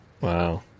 wow